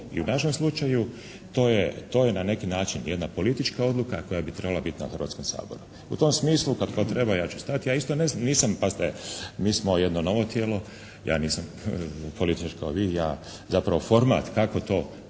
i u našem slučaju to je na neki način jedna politička odluka koja bi trebala biti na Hrvatskom saboru. U tom smislu kad god treba ja ću stati, ja isto nisam, pazite mi smo jedno novo tijelo, ja nisam političar kao vi, ja zapravo format kako to